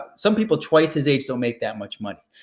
some people twice his age don't make that much money.